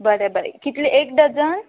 बरें बरें कितले एक डजन